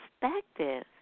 perspective